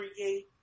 create